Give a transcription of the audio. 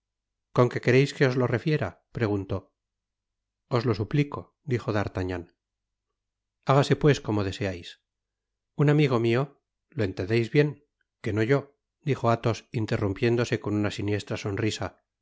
con que quereis que os lo refiera preguntó os lo suplico dijo d'artagnaa flágaseipues como deseais un amigo mio lo entendeis bien que no yo dijo athos interrumpiéndose con una siniestra sonrisa un